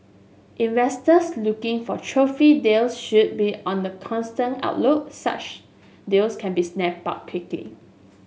investors looking for trophy deals should be on the constant such deals can be snapped up quickly